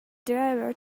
driver